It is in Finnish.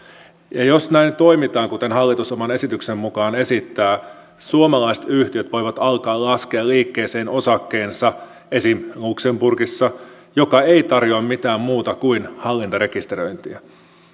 ja jos näin toimitaan kuten hallitus oman esityksensä mukaan esittää suomalaiset yhtiöt voivat alkaa laskea liikkeeseen osakkeensa esimerkiksi luxemburgissa joka ei tarjoa mitään muuta kuin hallintarekisteröintiä